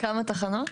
כמה תחנות?